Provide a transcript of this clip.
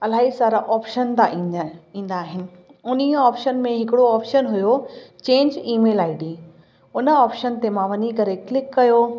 इलाही सारा ऑपशन आहिनि ईंदा आहिनि उन ई ऑपशन में हिकिड़ो ऑपशन हुयो चैंज ईमेल आई डी उन ऑपशन ते मां वञी करे क्लिक कयो